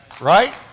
Right